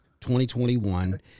2021